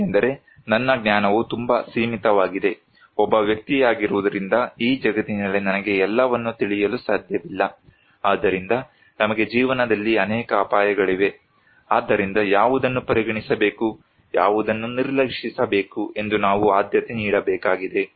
ಏಕೆಂದರೆ ನನ್ನ ಜ್ಞಾನವು ತುಂಬಾ ಸೀಮಿತವಾಗಿದೆ ಒಬ್ಬ ವ್ಯಕ್ತಿಯಾಗಿರುವುದರಿಂದ ಈ ಜಗತ್ತಿನಲ್ಲಿ ನನಗೆ ಎಲ್ಲವನ್ನೂ ತಿಳಿಯಲು ಸಾಧ್ಯವಿಲ್ಲ ಆದ್ದರಿಂದ ನಮಗೆ ಜೀವನದಲ್ಲಿ ಅನೇಕ ಅಪಾಯಗಳಿವೆ ಆದ್ದರಿಂದ ಯಾವುದನ್ನು ಪರಿಗಣಿಸಬೇಕು ಯಾವುದನ್ನು ನಿರ್ಲಕ್ಷಿಸಬೇಕು ಎಂದು ನಾವು ಆದ್ಯತೆ ನೀಡಬೇಕಾಗಿದೆ